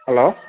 hello